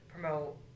promote